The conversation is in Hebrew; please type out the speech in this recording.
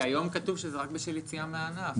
לא, כי היום כתוב שזה רק בשל יציאה מהענף.